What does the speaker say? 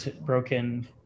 broken